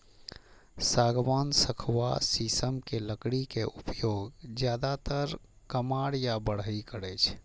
सागवान, सखुआ, शीशम के लकड़ी के उपयोग जादेतर कमार या बढ़इ करै छै